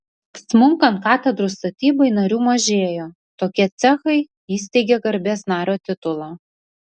smunkant katedrų statybai narių mažėjo tokie cechai įsteigė garbės nario titulą